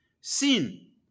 Sin